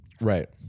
Right